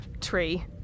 tree